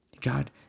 God